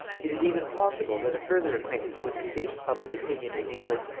it is even possible that a further acquaintance with the state of public opinion in england,